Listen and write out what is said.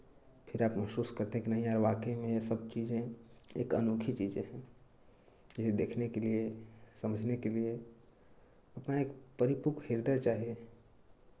फिर आप महसूस करते हैं कि नहीं यार वाकई में ये सब चीज़ें एक अनोखी चीज़ें हैं जिसे देखने के लिए समझने के लिए अपना एक परिपक्व हृदय चाहिए